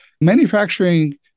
manufacturing